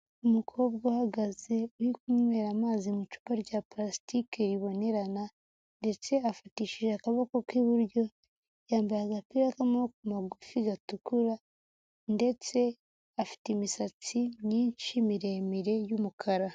Umukobwa uhagaze uri kunywera amazi mu icupa rya parasitike ribonerana, ndetse afatishije akaboko k'iburyo, yambaye agapira k'amaboko magufi gatukura ndetse afite imisatsi myinshi miremire y'umukara.